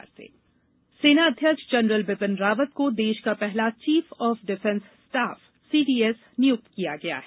CDS सेनाध्यक्ष general Bipin Rawat को देश का पहला chief of defence staff CDS नियुक्त किया गया है